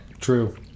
True